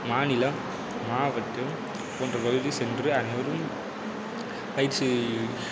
மாநிலம் மாவட்டம் போன்ற பகுதி சென்று அனைவரும் பயிற்சி